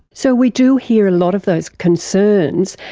so we do hear a lot of those concerns.